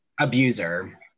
abuser